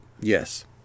Yes